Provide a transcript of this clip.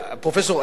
פרופסור,